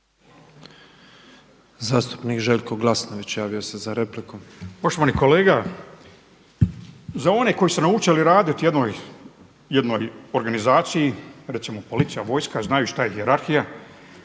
za repliku. **Glasnović, Željko (Nezavisni)** Poštovani kolega, za one koji su naučili raditi u jednoj organizaciji, recimo policija, vojska znaju šta je hijerarhija,